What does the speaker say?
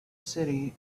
city